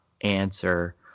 answer